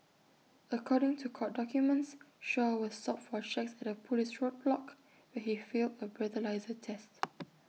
according to court documents Shaw was stopped for checks at A Police roadblock where he failed A breathalyser test